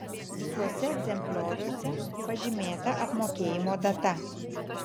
visuose egzemplioriuose pažymėta apmokėjimo data